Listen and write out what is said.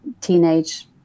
teenage